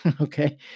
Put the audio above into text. okay